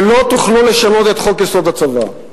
ולא תוכלו לשנות את חוק-יסוד: הצבא.